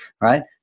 Right